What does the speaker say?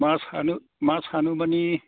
मा सानो मा सानो माने